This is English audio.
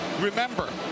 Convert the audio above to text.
Remember